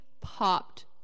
popped